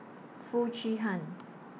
Foo Chee Han